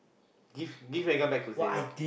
give give Megan back to Xavier